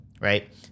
right